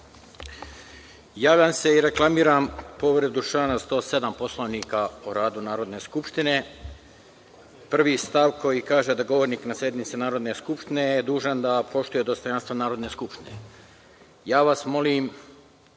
Javljam se i reklamiram povredu člana 107. Poslovnika o radu Narodne skupštine, prvi stav koji kaže da govornik na sednici Narodne skupštine je dužan da poštuje dostojanstvo Narodne skupštine. Molim